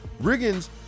Riggins